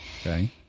Okay